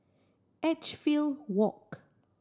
Edgefield Walk